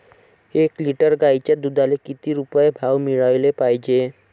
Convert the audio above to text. एक लिटर गाईच्या दुधाला किती रुपये भाव मिळायले पाहिजे?